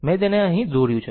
મેં તેને અહીં દોર્યું છે